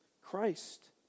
Christ